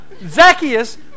Zacchaeus